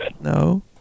No